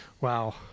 Wow